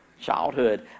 childhood